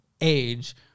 age